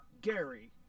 Gary